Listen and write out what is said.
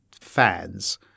fans